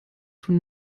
von